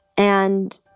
and